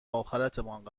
آخرتمان